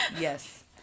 Yes